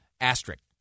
asterisk